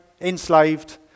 enslaved